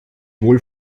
wohl